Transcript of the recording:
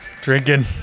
drinking